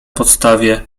podstawie